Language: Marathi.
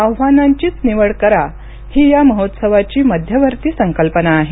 आव्हानांचीच निवड करा ही या महोत्सवाची मध्यवर्ती संकल्पना आहे